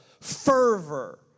fervor